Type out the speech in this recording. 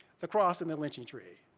the cross and lynching tree